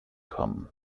kommen